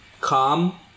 Calm